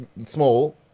small